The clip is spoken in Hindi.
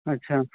अच्छा